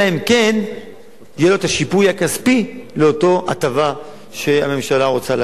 אלא אם כן יהיה לו השיפוי הכספי לאותה הטבה שהממשלה רוצה להיטיב.